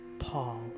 Paul